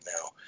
now